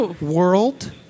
World